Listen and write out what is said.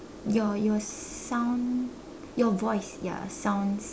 your your sound your voice ya sounds